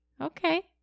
Okay